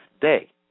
day